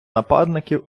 нападників